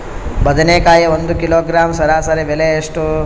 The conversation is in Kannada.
ಬದನೆಕಾಯಿ ಒಂದು ಕಿಲೋಗ್ರಾಂ ಸರಾಸರಿ ಬೆಲೆ ಎಷ್ಟು?